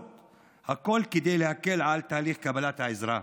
הכול כדי להקל בתהליך קבלת העזרה.